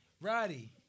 Roddy